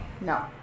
No